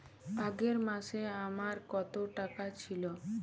আগের মাসে আমার কত টাকা ছিল?